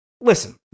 listen